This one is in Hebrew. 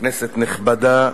כנסת נכבדה,